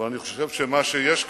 אבל אני חושב שמה שיש כאן,